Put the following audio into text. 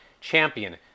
champion